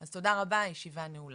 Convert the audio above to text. אז תודה רבה הישיבה נעולה.